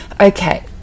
Okay